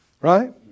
Right